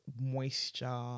moisture